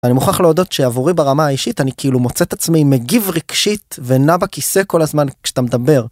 אני מוכרח להודות שעבורי ברמה האישית אני כאילו מוצאת עצמי מגיב רגשית ונע בכיסא כל הזמן כשאתה מדבר.